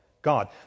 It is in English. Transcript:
God